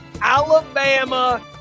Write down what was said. Alabama